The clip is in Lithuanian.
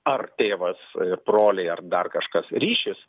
ar tėvas ir broliai ar dar kažkas ryšis